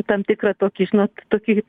tam tikrą tokį žinot tokį